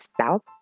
south